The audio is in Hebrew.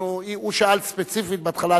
הוא שאל ספציפית בהתחלה,